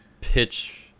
pitch